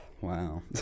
wow